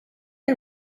who